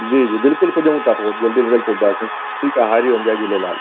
जी जी बिल्कुलु पुॼऊं था पोइ जल्दी खां जल्दी पुॼंदासीं ठीकु आहे हरि ओम जय झूलेलाल